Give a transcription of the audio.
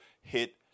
hit